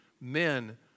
men